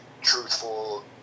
truthful